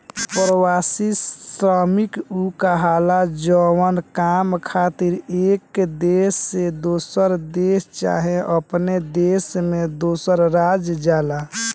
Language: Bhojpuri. प्रवासी श्रमिक उ कहाला जवन काम खातिर एक देश से दोसर देश चाहे अपने देश में दोसर राज्य जाला